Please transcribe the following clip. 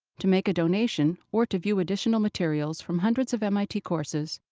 to make a donation or to view additional materials from hundreds of mit courses,